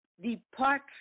Depart